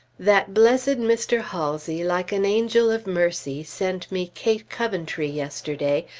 that blessed mr. halsey like an angel of mercy sent me kate coventry yesterday,